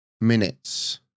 minutes